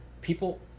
people